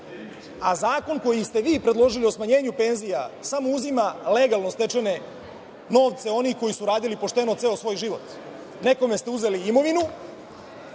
a zakon koji ste vi predložili o smanjenju penzija samo uzima legalno stečene novce onih koji su radili pošteno ceo svoj život. Nekome ste uzeli imovinu,